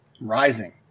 rising